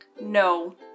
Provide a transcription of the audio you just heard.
no